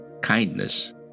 kindness